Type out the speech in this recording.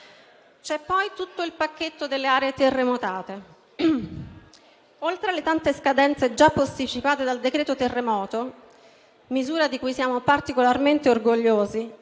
C'è, poi, tutto il pacchetto delle aree terremotate. Oltre alle tante scadenze già posticipate dal decreto-legge terremoto (misura di cui siamo particolarmente orgogliosi),